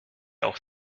auch